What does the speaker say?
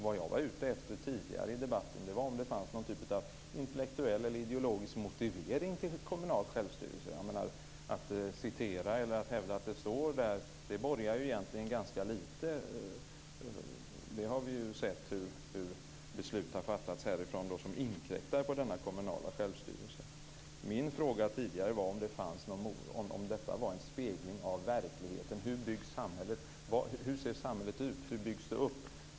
Vad jag var ute efter tidigare i debatten var om det fanns någon typ av intellektuell eller ideologisk motivering till kommunal självstyrelse. Att hävda att det står i regeringsformen borgar egentligen för ganska lite. Vi har ju sett hur beslut som har fattats härifrån inkräktar på denna kommunala självstyrelse. Min fråga tidigare var om detta var en spegling av verkligheten - av hur samhället ser ut, av hur det byggs upp.